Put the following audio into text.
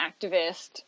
activist